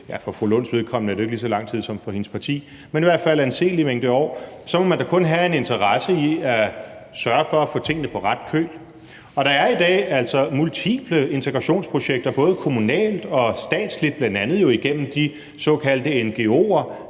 for fru Rosa Lunds vedkommende er det jo ikke lige så lang tid som for hendes parti – i hvert fald en anselig mængde år, kan man kun have en interesse i at sørge for at få tingene på ret køl. Og der er i dag multiple integrationsprojekter både kommunalt og statsligt, bl.a. gennem de såkaldte ngo'er,